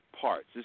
parts